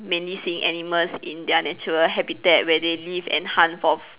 mainly seeing animals in their natural habitat where they live and hunt for